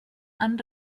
han